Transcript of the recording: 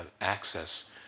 access